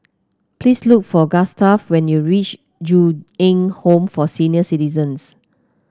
please look for Gustaf when you reach Ju Eng Home for Senior Citizens